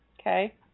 Okay